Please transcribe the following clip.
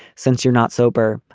since you're not sober,